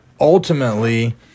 ultimately